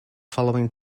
following